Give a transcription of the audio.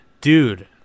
Dude